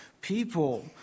people